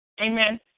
Amen